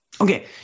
Okay